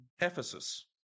Ephesus